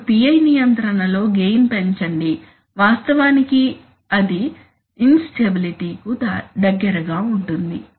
ఇప్పుడు PI నియంత్రణలో gain పెంచండి వాస్తవానికి అది ఇంస్టెబిలిటీ కు దగ్గరగా ఉంటుంది